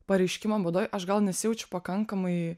pareiškimą būdoj aš gal nesijaučiu pakankamai